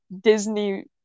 Disney